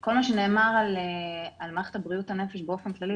כל מה שנאמר על מערכת בריאות הנפש באופן כללי,